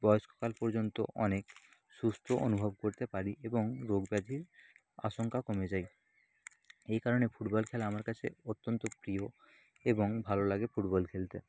বয়স্ক কাল পর্যন্ত অনেক সুস্থ অনুভব করতে পারি এবং রোগ ব্যাধির আশঙ্কা কমে যায় এই কারণে ফুটবল খেলা আমার কাছে অত্যন্ত প্রিয় এবং ভালো লাগে ফুটবল খেলতে